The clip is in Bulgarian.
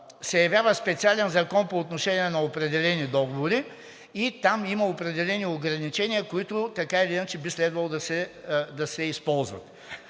се явява специален закон по отношение на определени договори и там има определени ограничения, които така или иначе би следвало да се използват.